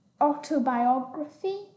autobiography